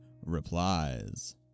replies